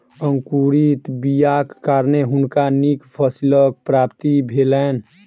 अंकुरित बीयाक कारणें हुनका नीक फसीलक प्राप्ति भेलैन